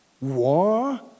war